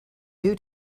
due